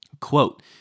Quote